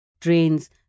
trains